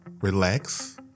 relax